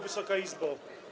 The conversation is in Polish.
Wysoka Izbo!